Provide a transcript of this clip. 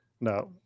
no